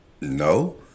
No